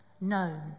known